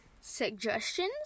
Suggestions